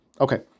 Okay